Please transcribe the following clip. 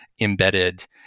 embedded